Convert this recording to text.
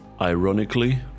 ironically